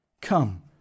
Come